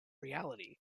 reality